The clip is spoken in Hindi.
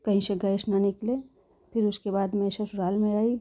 कहीं से गैस ना निकले फिर उसके बाद मैं ससुराल में आई